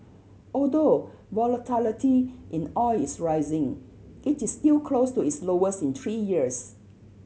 although volatility in oil is rising it is still close to its lowest in three years